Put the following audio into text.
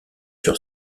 sur